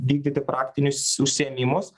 vykdyti praktinius užsiėmimus